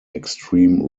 extreme